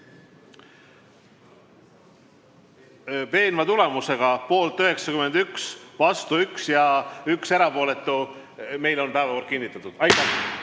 Veenva tulemusega, poolt 91, vastu 1 ja 1 erapooletu, on päevakord kinnitatud. Aitäh!